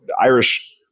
Irish